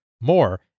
More